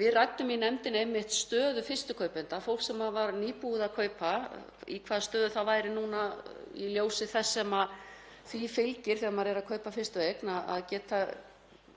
Við ræddum í nefndinni stöðu fyrstu kaupenda, fólks sem var nýbúið að kaupa, í hvaða stöðu það væri núna í ljósi þess sem því fylgir þegar maður er að kaupa fyrstu eign, að geta